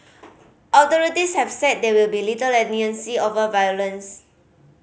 authorities have said there will be little leniency over violence